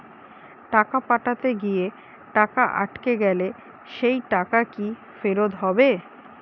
টাকা পাঠাতে গিয়ে টাকা আটকে গেলে সেই টাকা কি ফেরত হবে?